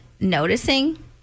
noticing